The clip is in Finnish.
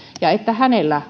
ja että hänellä